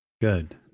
good